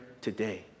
today